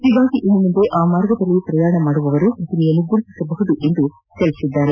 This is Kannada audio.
ಹೀಗಾಗಿ ಇನ್ನು ಮುಂದೆ ಆ ಮಾರ್ಗದಲ್ಲಿ ಪ್ರಯಾಣಿಸುವವರು ಪ್ರತಿಮೆಯನ್ನು ಗುರುತಿಸಬಹುದು ಎಂದು ಹೇಳಿದ್ದಾರೆ